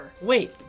Wait